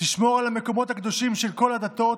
תשמור על המקומות הקדושים של כל הדתות,